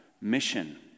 mission